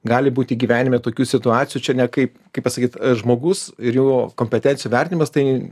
gali būti gyvenime tokių situacijų čia nekaip kaip pasakyt žmogus ir jo kompetencijų vertinimas tai